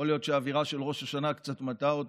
יכול להיות שהאווירה של ראש השנה קצת מטעה אותו,